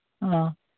ꯑ